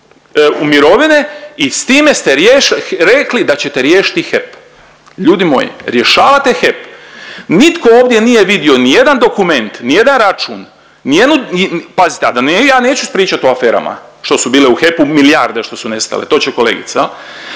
mirovine i s time ste rekli da ćete riješiti HEP. Ljudi moji, rješavate HEP, nitko ovdje nije vidio nijedan dokument, nijedan račun, nijednu, pazite ja neću pričat o aferama što su bile u HEP-u, milijarde što su nestale, to će kolegica